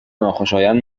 ناخوشایند